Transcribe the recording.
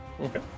Okay